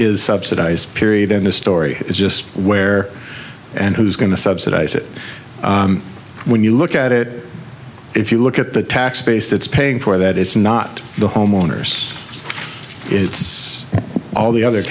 is period end of story is just where and who's going to subsidize it when you look at it if you look at the tax base that's paying for that it's not the homeowners it's all the other